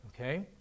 okay